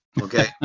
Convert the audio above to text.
okay